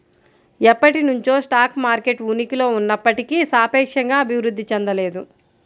ఎప్పటినుంచో stock market ఉనికిలో ఉన్నప్పటికీ సాపేక్షంగా అభివృద్ధి చెందలేదు